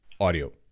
audio